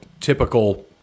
typical